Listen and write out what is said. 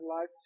life